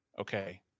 Okay